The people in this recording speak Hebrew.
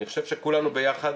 אני חושב שכולנו ביחד